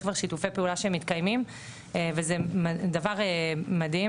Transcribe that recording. יש כבר שיתופי פעולה שהם מתקיימים וזה דבר מדהים.